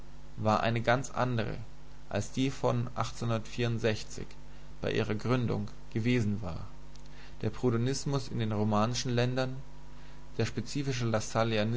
war eine ganz andre als die von bei ihrer gründung gewesen war der proudhonismus in den romanischen ländern der spezifische